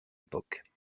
époque